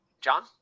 john